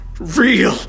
real